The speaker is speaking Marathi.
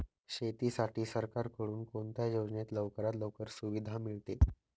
शेतीसाठी सरकारकडून कोणत्या योजनेत लवकरात लवकर सुविधा मिळते?